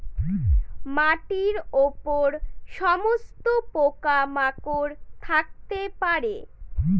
মাটির উপর সমস্ত পোকা মাকড় থাকতে পারে